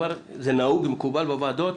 ולהפיל את זה על החינוך המיוחד?